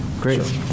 Great